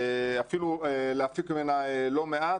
ואפילו להפיק ממנה לא מעט,